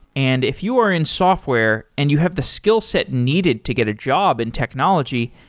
and if you were in software and you have the skillset needed to get a job in technology,